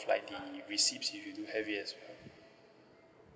like the receipts if you do have it as well